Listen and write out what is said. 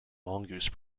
mongoose